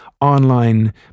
online